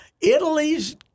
Italy's